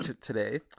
today